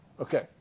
Okay